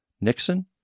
Nixon